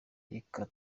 reka